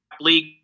league